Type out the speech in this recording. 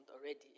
already